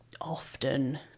often